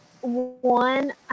one